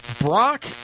Brock